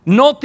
no